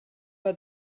mae